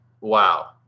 Wow